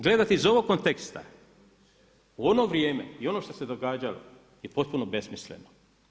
Gledati iz ovog konteksta ono vrijeme i ono što se događalo je potpuno besmisleno.